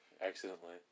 accidentally